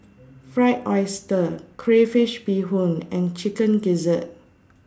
Fried Oyster Crayfish Beehoon and Chicken Gizzard